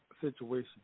situation